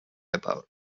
about